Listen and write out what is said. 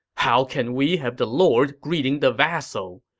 how can we have the lord greeting the vassal?